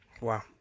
Wow